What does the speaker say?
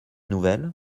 nouvelles